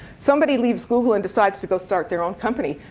somebody leaves google and decides to go start their own company.